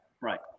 Right